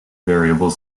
variable